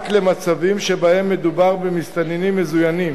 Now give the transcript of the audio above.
רק למצבים שבהם מדובר במסתננים מזוינים